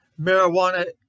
marijuana